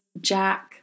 Jack